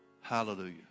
Hallelujah